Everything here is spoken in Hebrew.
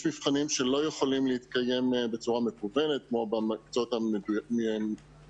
יש מבחנים שלא יכולים להתקיים בצורה מקוונת כמו במקצועות המדויקים,